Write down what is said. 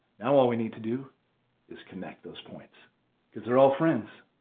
now all we need to do is connect those points cuz they're all friends.